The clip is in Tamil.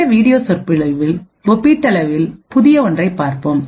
இந்த வீடியோ சொற்பொழிவில் ஒப்பீட்டளவில் புதிய ஒன்றைப் பார்ப்போம்